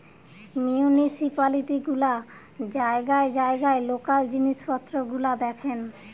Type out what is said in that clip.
municipality গুলা জায়গায় জায়গায় লোকাল জিনিস পত্র গুলা দেখেন